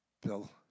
Bill